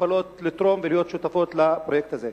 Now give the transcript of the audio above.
שיכולות לתרום ולהיות שותפות לפרויקט הזה.